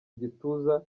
igituza